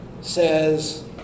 says